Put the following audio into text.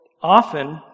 often